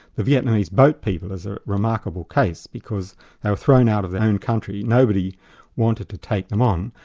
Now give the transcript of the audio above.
the vietnamese boat people is a remarkable case, because they were thrown out of their own country, nobody wanted to take them on,